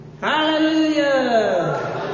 Hallelujah